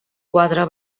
quadre